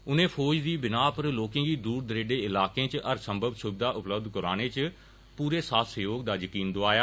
उनें फौज दी बिनाह पर लोकें गी दूर दरेड़े इलाकें च हर संभव सुविधा उपलब्ध कराने च पूरे साथ सैह्योग दा जकीन दोआया